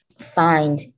find